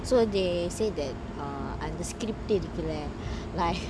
so they say that அந்த:antha script இருக்கு:iruku lah like